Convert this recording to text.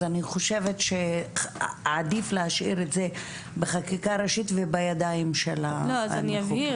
אז אני חושבת שעדיף להשאיר את זה בחקיקה ראשית ובידיים של המחוקקים.